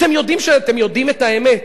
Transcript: אתם יודעים שאתם יודעים את האמת.